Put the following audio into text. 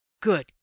Good